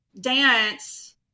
dance